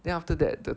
then after that the